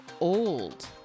old